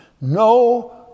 No